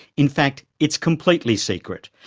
in fact it's completely secret.